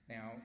Now